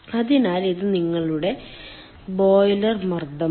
അതിനാൽ ഇത് നിങ്ങളുടെ ബോയിലർ മർദ്ദമാണ്